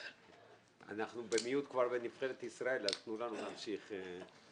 אנחנו במיעוט בנבחרת ישראל, אז תנו לנו להמשיך.